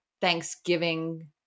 Thanksgiving